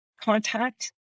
contact